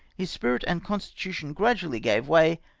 his spirit and constitution gradually gave way,